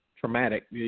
traumatic